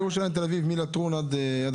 מתל אביב לירושלים,